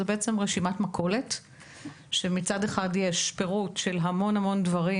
זה בעצם רשימת מכולת שמצד אחד יש בה פירוט של המון דברים,